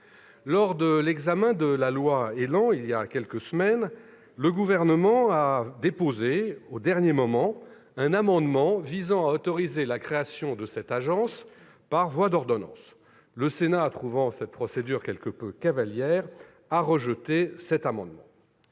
dit projet de loi ÉLAN, il y a quelques semaines, le Gouvernement a déposé au dernier moment un amendement visant à autoriser la création de cette agence par voie d'ordonnance. Le Sénat, trouvant cette procédure quelque peu cavalière, a rejeté cet amendement.